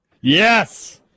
Yes